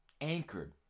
anchored